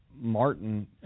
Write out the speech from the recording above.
Martin